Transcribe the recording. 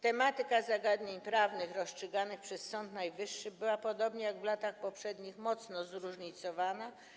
Tematyka zagadnień prawnych rozstrzyganych przez Sąd Najwyższy była podobnie jak w latach poprzednich mocno zróżnicowana.